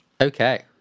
Okay